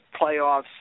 playoffs